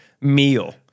meal